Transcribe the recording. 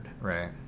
right